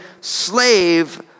slave